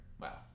Wow